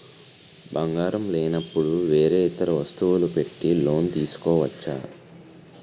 బంగారం లేనపుడు వేరే ఇతర వస్తువులు పెట్టి లోన్ తీసుకోవచ్చా?